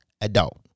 Adult